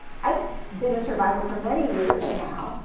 i've been a survivor for many years now.